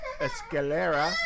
escalera